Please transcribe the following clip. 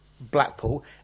Blackpool